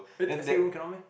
wait escape room cannot meh